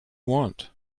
want